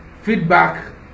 Feedback